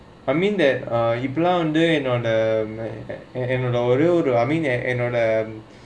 I mean that uh he put under you know the and our know and know the